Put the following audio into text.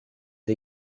est